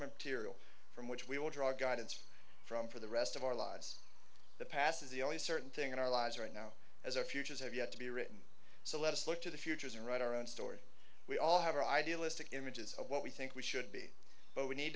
material from which we will draw guidance from for the rest of our lives the past is the only certain thing in our lives right now as our futures have yet to be written so let us look to the futures and write our own story we all have our idealistic images of what we think we should be but we need